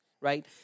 right